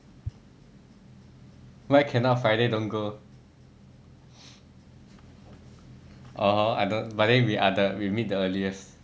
why cannot friday don't go (uh huh) I know but then we are the we meet the earliest